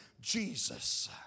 Jesus